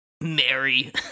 Mary